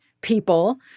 people